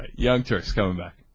young turks governor